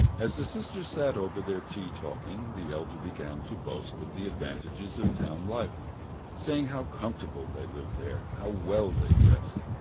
as the sisters sat over their tea talking, the elder began to boast of the advantages of town life saying how comfortably they lived there, how well they dressed,